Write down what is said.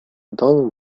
domu